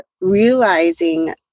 realizing